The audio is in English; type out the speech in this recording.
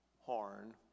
horn